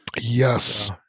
Yes